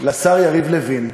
לשר יריב לוין,